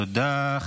תודה.